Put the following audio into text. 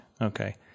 Okay